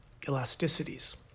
elasticities